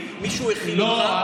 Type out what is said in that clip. כי מישהו הכין אותך.